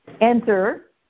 Enter